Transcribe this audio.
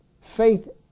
Faith